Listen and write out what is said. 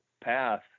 path